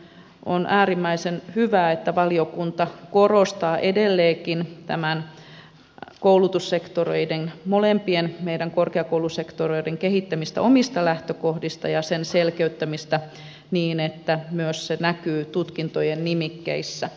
on äärimmäisen hyvä että valiokunta korostaa edelleenkin näiden koulutussektoreiden meidän molempien korkeakoulusektoreiden kehittämistä omista lähtökohdista ja sen selkeyttämistä niin että myös se näkyy tutkintojen nimikkeissä